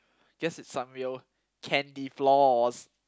guess it's some real candy-floss